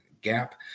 gap